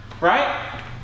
right